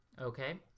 Okay